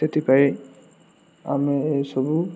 ସେଥିପାଇଁ ଆମେ ଏସବୁ